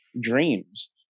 dreams